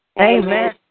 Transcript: Amen